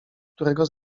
którego